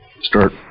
start